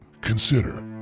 Consider